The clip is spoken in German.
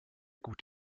gut